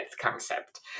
concept